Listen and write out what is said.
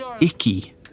icky